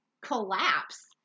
collapse